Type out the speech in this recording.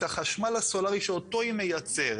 את החשמל הסולארי שאותו היא מייצרת.